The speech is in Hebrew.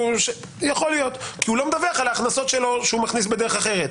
כי הוא לא מדווח על ההכנסות שלו שהוא מכניס בדרך אחרת.